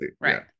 Right